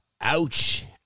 ouch